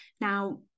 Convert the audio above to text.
Now